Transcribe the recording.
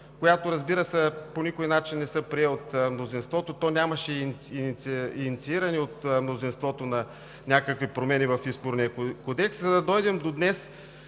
която, разбира се, по никой начин не се прие от мнозинството. То нямаше инициирани от мнозинството някакви промени в Изборния кодекс, за да дойдем до днес,